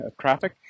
traffic